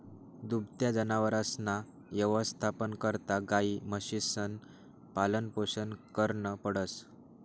दुभत्या जनावरसना यवस्थापना करता गायी, म्हशीसनं पालनपोषण करनं पडस